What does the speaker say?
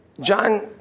John